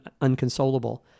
unconsolable